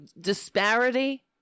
disparity